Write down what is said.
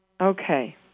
Okay